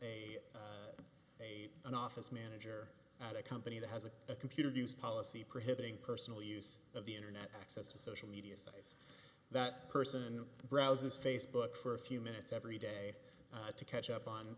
a a an office manager at a company that has a computer abuse policy prohibiting personal use of the internet access to social media is that person browse his facebook for a few minutes every day to catch up on